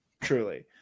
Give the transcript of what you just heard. truly